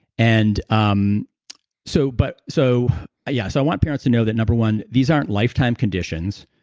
and um so, but so i yeah so want parents to know that, number one, these aren't lifetime conditions,